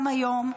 גם היום,